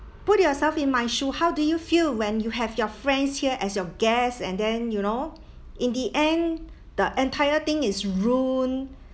put yourself in my shoe how do you feel when you have your friends here as your guests and then you know in the end the entire thing is ruined